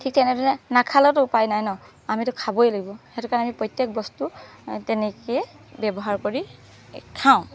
ঠিক তেনেদৰে নাখালেওতো উপায় নাই ন আমিতো খাবই লাগিব সেইটো কাৰণে আমি প্ৰত্যেক বস্তু তেনেকেই ব্যৱহাৰ কৰি খাওঁ